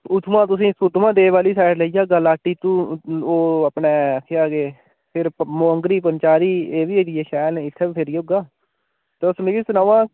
उत्थुआं तुसेईं सुद्ध महादेव आह्ली साईड़ लेई जाह्गा लाटी धून ओह् अपना केह् आखदे सिर मोड़ मोंगरी पंचैरी एह्बी एरिया शैल न इत्थै बी फेरी औह्गा तुस मिगी सनाओ आं